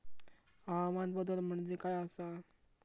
हवामान बदल म्हणजे काय आसा?